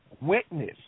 witness